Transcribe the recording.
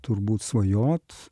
turbūt svajot